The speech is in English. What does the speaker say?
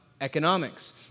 economics